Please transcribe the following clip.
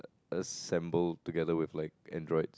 assemble together with like Android